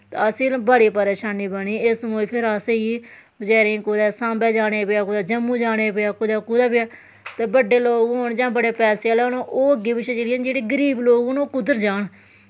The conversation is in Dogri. तां असें बड़ी परेशानी बनी इस मौके पर असें गी बचैरें गी कुतै सांबै जाना पेआ कुदै जम्मू जाने पेई कुदै कुदै ते बड्डे लोग होन जां पैसे आह्ले होन ओह् अग्गैं पिच्छें चली जान जेह्ड़े गरीब होन ओह् कुध्दर जान